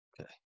Okay